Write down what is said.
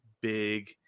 big